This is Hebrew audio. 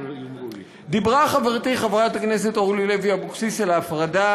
דיברה חברתי אורלי לוי אבקסיס על הפרדה